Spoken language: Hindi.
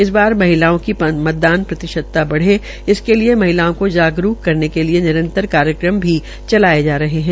इस बार महिलाओं की मतदान प्रतिशतता बढ़े इसके लिए महिलाओं को जागरुक करने के लिए निरंतर कार्यकम चलाए जा रहे हैं